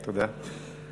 תודה.